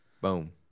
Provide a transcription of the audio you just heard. Boom